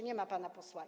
Nie ma pana posła.